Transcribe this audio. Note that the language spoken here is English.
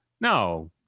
No